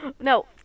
No